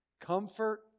comfort